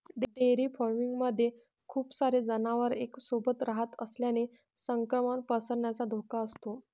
dairy farming मध्ये खूप सारे जनावर एक सोबत रहात असल्याने संक्रमण पसरण्याचा धोका असतो